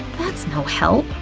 that's no help.